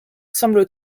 semble